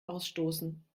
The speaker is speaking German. ausstoßen